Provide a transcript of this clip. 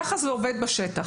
ככה זה עובד בשטח.